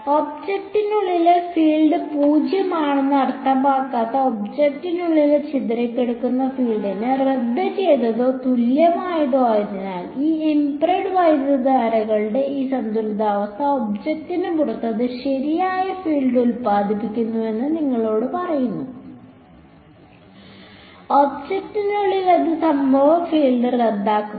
ഒബ്ജക്റ്റിനുള്ളിലെ field 0 ആണെന്ന് അർത്ഥമാക്കാത്ത ഒബ്ജക്റ്റിനുള്ളിലെ ചിതറിക്കിടക്കുന്ന ഫീൽഡിന് റദ്ദ് ചെയ്തതോ തുല്യമായതോ ആയതിനാൽ ഈ ഇംപ്രെഡ് വൈദ്യുതധാരകളുടെ ഈ സന്തുലിതാവസ്ഥ ഒബ്ജക്റ്റിന് പുറത്ത് അത് ശരിയായ ഫീൽഡ് ഉൽപ്പാദിപ്പിക്കുന്നുവെന്ന് നിങ്ങളോട് പറയുന്നു ഒബ്ജക്റ്റിനുള്ളിൽ അത് സംഭവ ഫീൽഡ് റദ്ദാക്കുന്നു